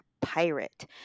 pirate